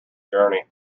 journey